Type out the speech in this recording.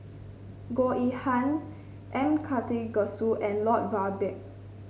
Goh Yihan M Karthigesu and Lloyd Valberg